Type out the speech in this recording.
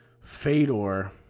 Fedor